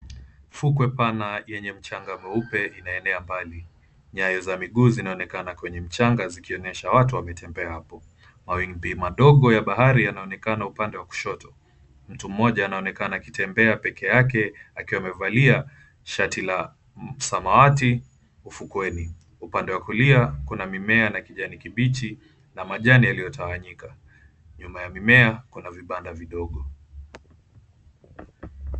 Fukwe pana yenye mchanga mweupe inaenea mbali. Nyayo za miguu zinaonekana kwenye mchanga zikionyesha watu wametembea hapo. Mawimbi madogo ya bahari yanaonekana upande wa kushoto. Mtu mmoja anaonekana akitembea peke yake akiwa amevalia shati la samawati ufukweni. Upande wa kulia kuna mimea ya kijani kibichi na majani yaliyotawanyika. Nyuma ya mimea kuna vibanda vidogo.